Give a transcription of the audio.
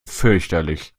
fürchterlich